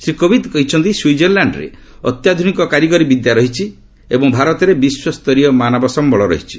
ଶ୍ରୀ କୋବିନ୍ଦ କହିଛନ୍ତି ସ୍ୱିଜରଲ୍ୟାଣ୍ଡରେ ଅତ୍ୟାଧୁନିକ କାରିଗରି ବିଦ୍ୟା ରହିଛି ଏବଂ ଭାରତରେ ବିଶ୍ୱସ୍ତରୀୟ ମାନବ ସମ୍ବଳ ରହିଛି